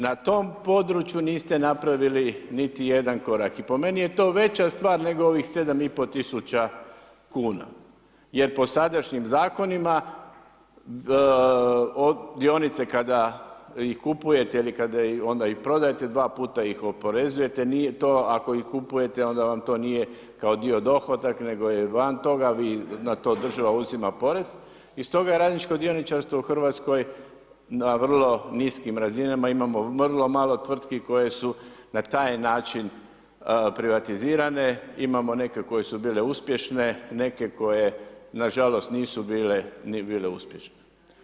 Na tom području niste napravili niti jedan korak i po meni to veća stvar nego ovih 7.500 kuna, jer po sadašnjim zakonima dionice kada ih kupujete ili kada onda ih prodajete dva puta ih oporezujete nije to ako ih kupujete onda vam to nije kao dio dohodak nego je van toga vi na to država uzima porez i stoga je radničko dioničarstvo na vrlo niskim razinama, imamo vrlo malo tvrtki koje su na taj način privatizirane, imamo neke koje su bile uspješne, neke koje na žalost nisu bile ni uspješne.